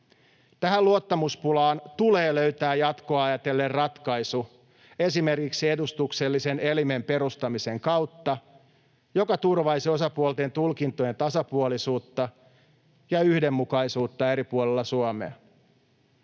Tähän luottamuspulaan tulee löytää jatkoa ajatellen ratkaisu esimerkiksi edustuksellisen elimen perustamisen kautta, joka turvaisi osapuolten tulkintojen tasapuolisuutta ja yhdenmukaisuutta eri puolilla Suomea.